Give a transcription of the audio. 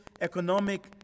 economic